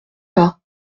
pas